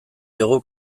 diogu